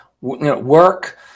work